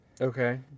Okay